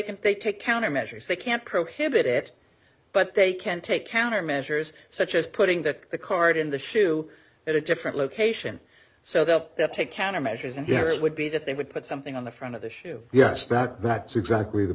can they take countermeasures they can't prohibit it but they can take countermeasures such as putting that the card in the shoe at a different location so they'll take countermeasures and there it would be that they would put something on the front of the shoe yes not that's exactly the